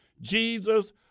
Jesus